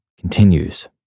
continues